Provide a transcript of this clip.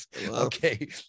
Okay